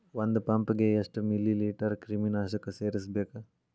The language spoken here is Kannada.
ಒಂದ್ ಪಂಪ್ ಗೆ ಎಷ್ಟ್ ಮಿಲಿ ಲೇಟರ್ ಕ್ರಿಮಿ ನಾಶಕ ಸೇರಸ್ಬೇಕ್?